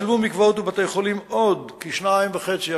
שילמו מקוואות ובתי-חולים עוד 2.5 3